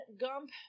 Gump